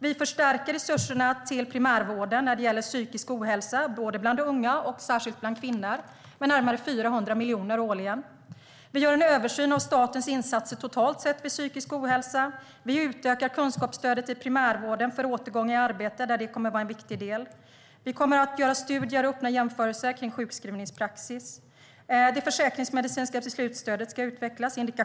Vi förstärker resurserna till primärvården när det gäller psykisk ohälsa, både bland unga och särskilt bland kvinnor, med närmare 400 miljoner årligen. Vi gör en översyn av statens insatser totalt sett vid psykisk ohälsa. Vi utökar kunskapsstödet till primärvården för återgång i arbete. Det kommer att vara en viktig del. Vi kommer att göra studier och öppna jämförelser kring sjukskrivningspraxis. Det försäkringsmedicinska beslutsstödet ska utvecklas.